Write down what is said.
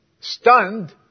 stunned